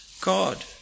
God